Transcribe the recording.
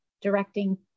directing